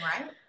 right